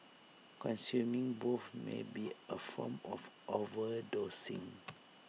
consuming both may be A form of overdosing